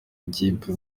ikipe